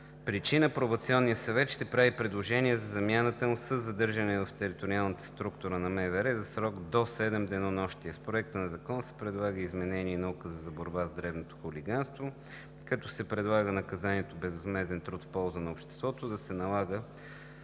причина пробационният съвет ще прави предложение за замяната му със задържане в териториална структура на МВР за срок до седем денонощия. С Проекта на закон се предлага изменение и допълнение в Указа за борба с дребното хулиганство, като се предлага наказанието „безвъзмезден труд в полза на обществото“ да се налага